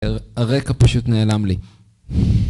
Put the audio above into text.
הרקע פשוט נעלם לי